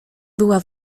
była